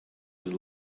his